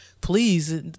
please